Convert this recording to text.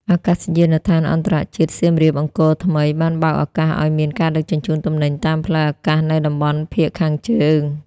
អាកាសយានដ្ឋានអន្តរជាតិសៀមរាបអង្គរថ្មី បានបើកឱកាសឱ្យមានការដឹកជញ្ជូនទំនិញតាមផ្លូវអាកាសនៅតំបន់ភាគខាងជើង។